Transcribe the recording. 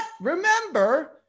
remember